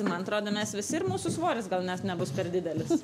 man atrodo mes visi ir mūsų svoris gal net nebus per didelis